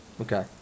Okay